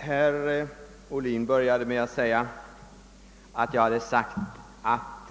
Herr talman! Herr Ohlin började med att säga att jag hävdat att